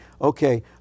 okay